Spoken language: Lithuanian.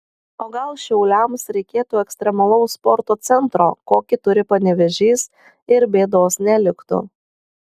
o gal šiauliams reikėtų ekstremalaus sporto centro kokį turi panevėžys ir bėdos neliktų